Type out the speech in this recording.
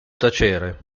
tacere